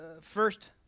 first